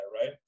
right